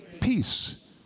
peace